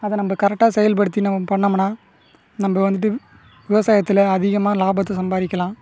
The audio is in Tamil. அதை நம்ம கரக்ட்டா செயல் படுத்தி நம்ம பண்ணிணம்னா நம்ம வந்துட்டு விவசாயத்தில் அதிகமாக லாபத்தை சம்பாதிக்கலாம்